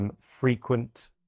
frequent